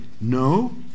no